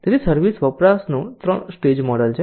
તેથી સર્વિસ વપરાશનું 3 stage model છે